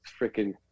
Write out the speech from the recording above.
freaking